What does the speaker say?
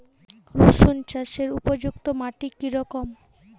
রুসুন চাষের উপযুক্ত মাটি কি রকম?